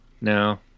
no